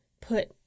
put